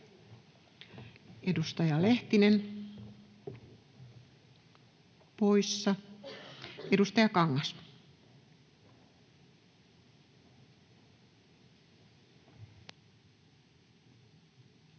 Edustaja Lehtinen poissa. — Edustaja Kangas.